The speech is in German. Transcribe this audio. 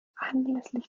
anlässlich